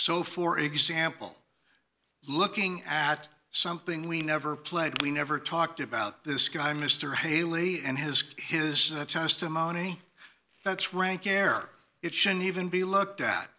so for example looking at something we never played we never talked about this guy mr haley and his his testimony that's rank air it shouldn't even be looked at